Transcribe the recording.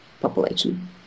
population